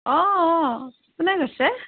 অঁ অঁ কোনে কৈছে